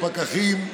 הפקחים,